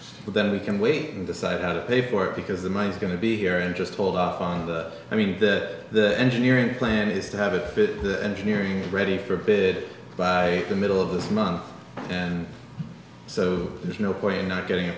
but then we can wait and decide how to pay for it because the money's going to be here and just hold off on the i mean that the engineering plan is to have it fit the engineering ready for a bit by the middle of this month and so there's no point in not getting